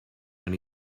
and